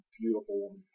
Beautiful